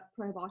probiotics